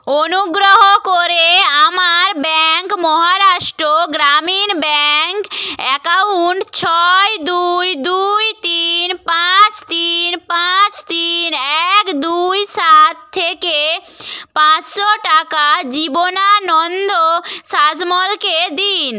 অনুগ্রহ করে আমার bank Maharashtra Gramin bank account ছয় দুই দুই তিন পাঁচ তিন পাঁচ তিন এক দুই সাত থেকে পাঁচশো টাকা জীবনানন্দ শাসমলকে দিন